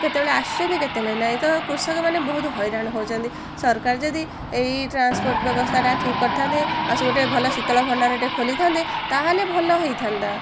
କେତେବେଳେ ଆସୁଛନ୍ତି କେତେବେଳେ ନାହିଁ ତ କୃଷକମାନେ ବହୁତ ହଇରାଣ ହେଉଛନ୍ତି ସରକାର ଯଦି ଏଇ ଟ୍ରାନ୍ସପୋର୍ଟ୍ ବ୍ୟବସ୍ଥାଟା ଠିକ୍ କରିଥାନ୍ତେ ଆଉ ସେ ଗୋଟେ ଭଲ ଶୀତଳ ଭଣ୍ଡାରଟେ ଖୋଲିଥାନ୍ତେ ତା'ହେଲେ ଭଲ ହେଇଥାନ୍ତା